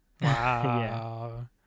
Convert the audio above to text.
Wow